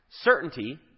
certainty